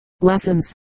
lessons